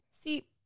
See